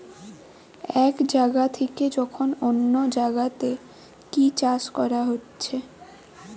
এক জাগা থিকে যখন অন্য জাগাতে কি চাষ কোরা হচ্ছে